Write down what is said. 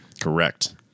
Correct